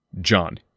John